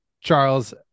Charles